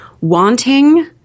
wanting